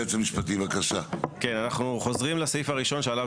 כן אנחנו חוזרים לסעיף הראשון שעליו